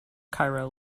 cairo